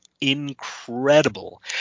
incredible